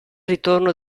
ritorno